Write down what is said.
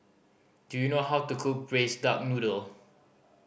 do you know how to cook Braised Duck Noodle